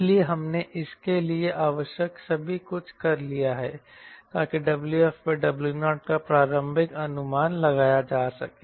इसलिए अब हमने इसके लिए आवश्यक सभी कुछ कर लिया है ताकि WfW0 का प्रारंभिक अनुमान लगाया जा सके